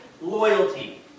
loyalty